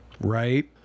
right